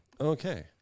Okay